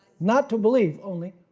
not to believe only,